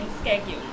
schedule